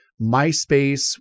MySpace